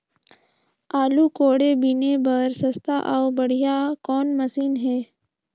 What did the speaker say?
आलू कोड़े बीने बर सस्ता अउ बढ़िया कौन मशीन हे?